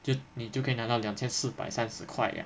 就你就可以拿到两千四百三十块 liao